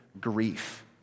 grief